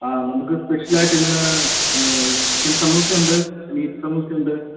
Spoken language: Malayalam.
ആ നമുക്ക് സ്പെഷ്യൽ ആയിട്ട് ഇന്ന് ചിക്കൻ സമൂസ ഉണ്ട് മീറ്റ് സമൂസ ഉണ്ട്